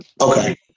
Okay